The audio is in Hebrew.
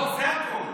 זה הכול.